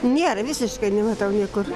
nėra visiškai nematau niekur